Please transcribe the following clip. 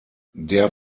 der